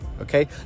okay